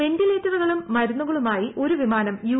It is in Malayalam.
വെന്റിലേറ്ററുകളും മരുന്നുകളുമായി ഒരു വിമാനം യു